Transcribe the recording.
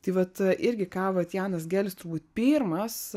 tai vat irgi ką vat janas gelis turbūt pirmas